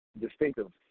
distinctive